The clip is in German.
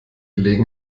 legen